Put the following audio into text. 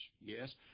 Yes